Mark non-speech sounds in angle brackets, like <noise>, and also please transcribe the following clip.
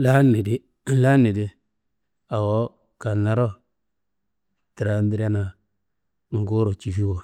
laanni di <noise> laanni di awo kannaro trandirina gufuro cifiwo.